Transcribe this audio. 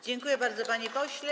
Dziękuję bardzo, panie pośle.